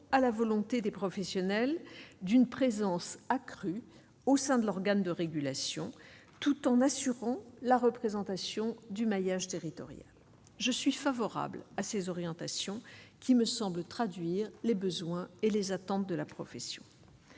à la volonté des professionnels d'une présence accrue au sein de l'organe de régulation, tout en assurant la représentation du maillage territorial, je suis favorable à ces orientations qui me semble traduire les besoins et les attentes de la profession